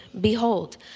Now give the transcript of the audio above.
behold